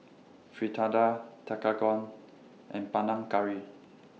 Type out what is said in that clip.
Fritada Tekkadon and Panang Curry